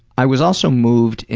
i was also moved,